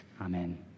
Amen